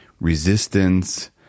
resistance –